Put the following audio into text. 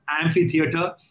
amphitheater